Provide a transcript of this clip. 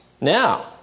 Now